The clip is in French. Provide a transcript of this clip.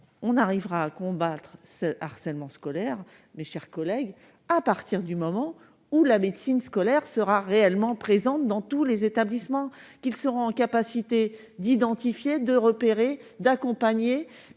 on arrivera à combattre ce harcèlement scolaire, mes chers collègues, à partir du moment où la médecine scolaire sera réellement présente dans tous les établissements qu'ils seront en capacité d'identifier, de repérer d'accompagner